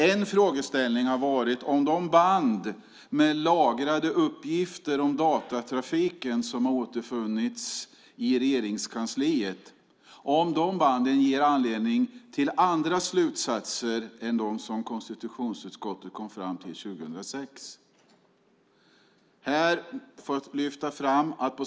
En frågeställning har varit om de band med lagrade uppgifter om datatrafiken som återfunnits i Regeringskansliet ger anledning till andra slutsatser än vad som konstitutionsutskottet 2006 kom fram till.